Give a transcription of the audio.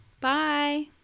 bye